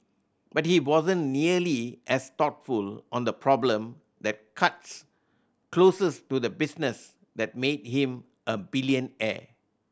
but he wasn't nearly as thoughtful on the problem that cuts closest to the business that made him a billionaire